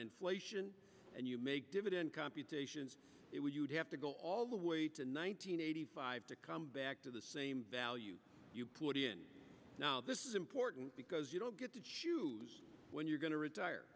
inflation and you make dividend computations it would you'd have to go all the way to in one thousand nine hundred five to come back to the same value you put in now this is important because you don't get to choose when you're going to retire